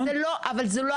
זאת לא הבחינה.